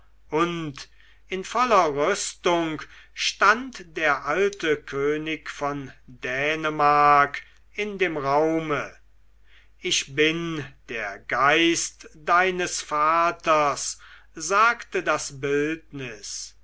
und in voller rüstung stand der alte könig von dänemark in dem raume ich bin der geist deines vaters sagte das bildnis